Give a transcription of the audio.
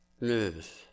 news